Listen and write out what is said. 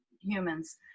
humans